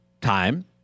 time